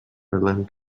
berlin